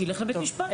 שילך לבית משפט.